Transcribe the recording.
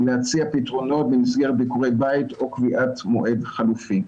ולהציע פתרונות במסגרת ביקורי בית או קביעת מועד חלופי.